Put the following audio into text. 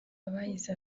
abahize